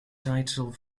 title